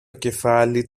κεφάλι